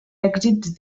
èxits